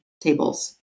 tables